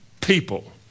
people